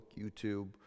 YouTube